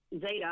Zeta